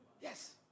Yes